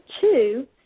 two